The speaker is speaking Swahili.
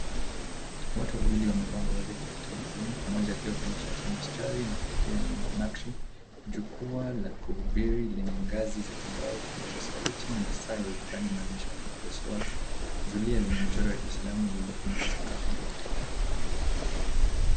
Watu wawili wamevaa mavazi ya kitamaduni, mmoja akiwa na shati ya mistari na kofia yenye nakshi jukwaa la kuhubiri lenye ngazi za kimbao kipaza sauti na saa ya ukutani inaonyesha wakati wa sala zulia lenye michoro ya kiislamu imefunika sakafu yote.